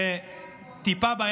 200 נשים זה טיפה בים,